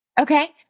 okay